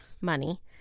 money